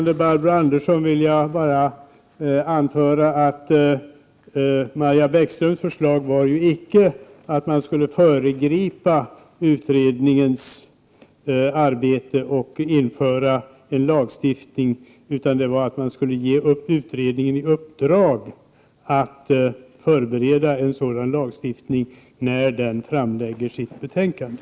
Till Barbro Andersson vill jag bara säga att Maja Bäckströms förslag inte var att man skulle föregripa utredningens resultat och införa en lagstiftning utan att man skulle ge utredningen i uppdrag att ha förberett en sådan lagstiftning när den framlägger sitt betänkande.